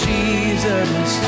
Jesus